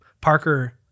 Parker